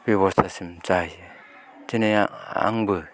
बेब'स्तासिम जाहैयो दिनै आंबो